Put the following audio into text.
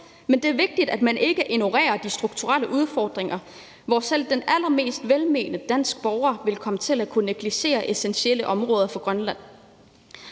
men det er vigtigt, at man ikke ignorerer de strukturelle udfordringer, hvor selv den allermest velmenende danske borger vil komme til at kunne negligere essentielle områder for Grønland.